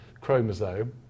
chromosome